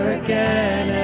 again